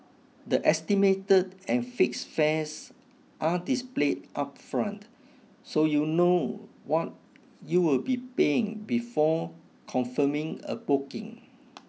the estimated and fixed fares are displayed upfront so you know what you'll be paying before confirming a booking